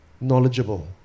knowledgeable